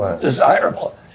desirable